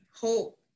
Hope